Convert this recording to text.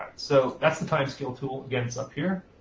so that's the time scale tool. again, it's up here.